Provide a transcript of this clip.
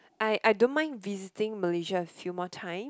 I I don't mind visiting Malaysia a few more times